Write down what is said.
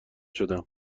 شدم